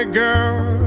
girl